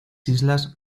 islas